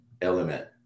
element